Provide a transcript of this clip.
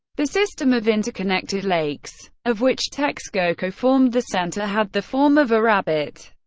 the system of interconnected lakes, of which texcoco formed the center, had the form of a rabbit,